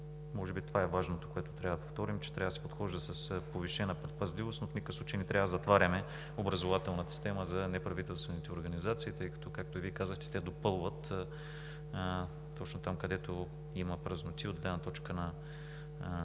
Може би това е важното, което трябва да повторим – че трябва да се подхожда с повишена предпазливост, но в никакъв случай не трябва да затваряме образователната система за неправителствените организации, тъй като, както и Вие казахте, те допълват точно там, където има празноти от гледна точка на